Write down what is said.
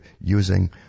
using